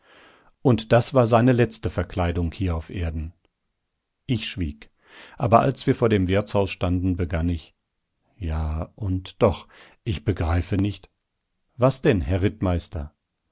und das war seine letzte verkleidung hier auf erden ich schwieg aber als wir vor dem wirtshaus standen begann ich ja und doch ich begreife nicht was denn herr rittmeister